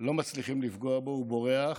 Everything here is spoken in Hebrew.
לא מצליחים לפגוע בו והוא בורח.